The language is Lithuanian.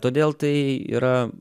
todėl tai yra